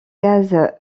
gaz